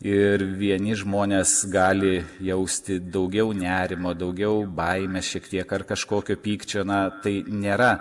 ir vieni žmonės gali jausti daugiau nerimo daugiau baimės šiek tiek ar kažkokio pykčio na tai nėra